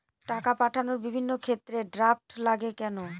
টাকা পাঠানোর বিভিন্ন ক্ষেত্রে ড্রাফট লাগে কেন?